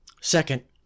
Second